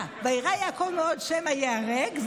יהרוג.